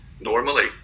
Normally